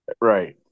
right